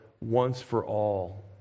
once-for-all